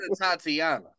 Tatiana